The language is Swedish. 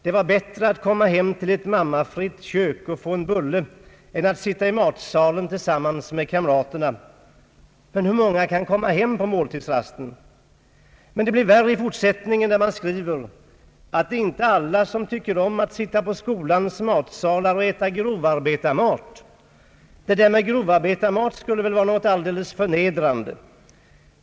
Det var bättre att komma hem till ett mammafritt kök och få en bulle än att sitta i matsalen tillsammans med kamraterna! Men hur många barn kan komma hem på en kort måltidsrast? Det blev än värre när man i fortsättningen skriver, att det inte är alla som tycker om att sitta i skolans matsalar och äta grovarbetarmat. Det där med »grovarbetarmat» skulle väl vara något alldeles förnedrande.